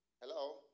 hello